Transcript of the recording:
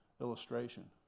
illustration